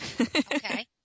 okay